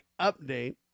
update